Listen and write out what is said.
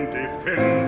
defend